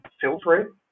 filter